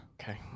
okay